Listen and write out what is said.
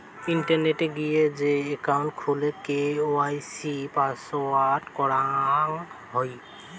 ইন্টারনেটে গিয়ে যে একাউন্ট খুলে কে.ওয়াই.সি আপডেট করাং হই